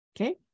Okay